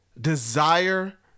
desire